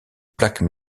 plaques